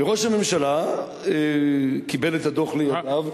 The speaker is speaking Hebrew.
וראש הממשלה קיבל את הדוח לידיו.